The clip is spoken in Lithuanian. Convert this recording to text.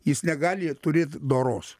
jis negali turėt doros